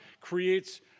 creates